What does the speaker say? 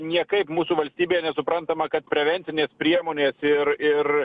niekaip mūsų valstybėj nesuprantama kad prevencinės priemonės ir ir